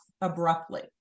abruptly